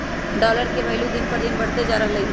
dollar के भइलु दिन पर दिन बढ़इते जा रहलई ह